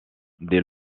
des